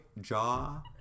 jaw